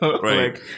Right